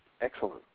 Excellent